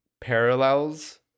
parallels